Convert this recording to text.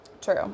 True